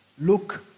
look